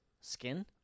skin